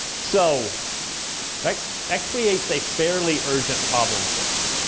so that that creates a fairly urgent problem for us.